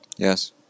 Yes